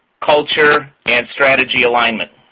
culture, and strategy alignment.